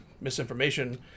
misinformation